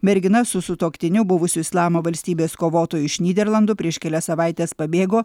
mergina su sutuoktiniu buvusiu islamo valstybės kovotoju iš nyderlandų prieš kelias savaites pabėgo